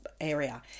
area